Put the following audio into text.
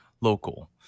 local